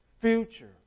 future